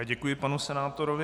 Děkuji panu senátorovi.